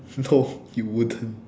no you wouldn't